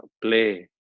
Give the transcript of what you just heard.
play